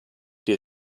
die